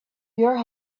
your